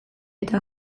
eta